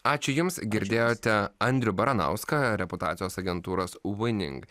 ačiū jums girdėjote andrių baranauską reputacijos agentūros vinink